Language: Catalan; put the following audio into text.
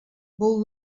vol